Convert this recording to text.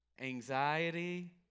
anxiety